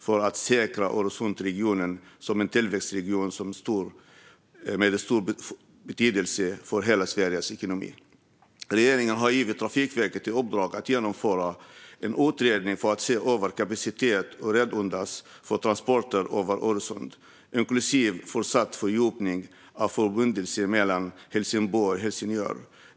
Det skulle säkra Öresundsregionen, som är en tillväxtregion med stor betydelse för hela Sveriges ekonomi. Regeringen har gett Trafikverket i uppdrag att genomföra en utredning för att se över kapacitet och redundans för transporter över Öresund, inklusive fortsatt fördjupning av förbindelsen mellan Helsingborg och Helsingör.